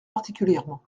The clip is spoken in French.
particulièrement